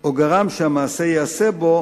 או גרם שהמעשה ייעשה בו